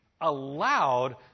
allowed